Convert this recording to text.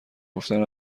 گفتن